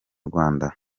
rwanda